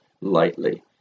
lightly